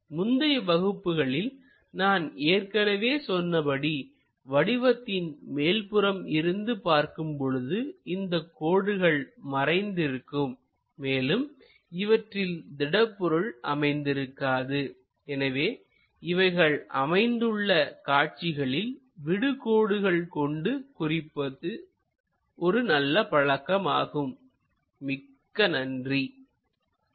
முந்தைய வகுப்புகளில் நான் ஏற்கனவே சொன்னபடி வடிவத்தின் மேல்புறம் இருந்து பார்க்கும் பொழுது இந்தக் கோடுகள் மறைந்திருக்கும் மேலும் இவற்றில் திடப்பொருள் அமைந்திருக்காது எனவே இவைகள் அமைந்துள்ள காட்சிகளில் விடு கோடு கொண்டு குறிப்பது ஒரு நல்ல பழக்கமாகும்